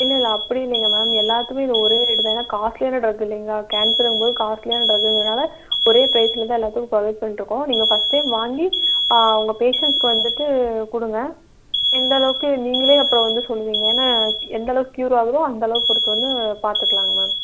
இல்லைல்ல அப்படி இல்லைங்க மேம் எல்லாத்துக்கும் ஒரே ரேட்டு தான் ஏன்னா காஸ்ட்லியான டிரக் இல்லைங்களா கேன்சருங்கும் போது காஸ்ட்லியான டிரக்குங்கிறதுனால் ஒரே பிரைஸில் தான் எல்லாத்துக்கும் புரொவைட் பண்ணிட்டுருக்கோம் நீங்கள் ஃபஸ்ட் டைம் வாங்கி உங்கள் பேஷண்ட்ஸுக்கு வந்துட்டு கொடுங்க எந்தளவுக்கு நீங்களே அப்புறம் வந்து சொல்வீங்க ஏன்னா எந்தளவுக்கு கியூராகுதோ அந்தளவுக்கு கொடுத்து வந்து பார்த்துக்கலாங்க மேம்